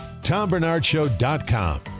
TomBernardShow.com